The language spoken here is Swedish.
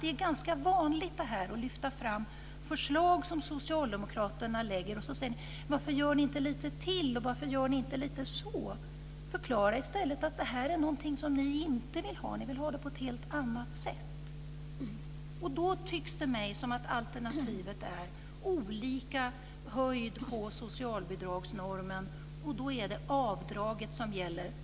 Det är ganska vanligt att ni lyfter fram förslag som socialdemokraterna lägger fram, och sedan säger ni: Varför gör ni inte lite till? Varför gör ni inte så? Förklara i stället att ni inte vill ha det här, att ni vill ha det på ett helt annat sätt. Det tycks mig som om alternativet är olika storlek på socialbidragsnormen. Och då är det avdraget som gäller.